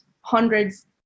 hundreds